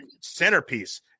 centerpiece